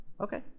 Okay